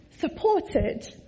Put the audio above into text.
supported